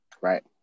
Right